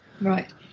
Right